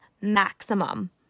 maximum